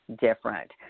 different